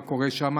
מה קורה שם,